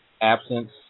absence